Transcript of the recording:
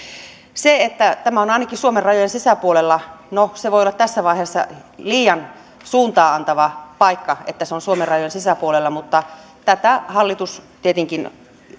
se että tämä on ainakin suomen rajojen sisäpuolella no se voi olla tässä vaiheessa liian suuntaa antava paikka että se on suomen rajojen sisäpuolella mutta tätä hallitus tietenkin